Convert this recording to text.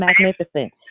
magnificent